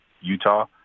Utah